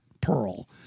Pearl